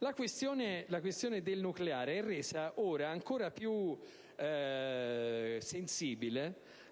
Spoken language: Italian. La questione del nucleare è resa ora ancora più centrale